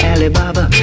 Alibaba